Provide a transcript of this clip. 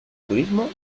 turismo